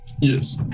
Yes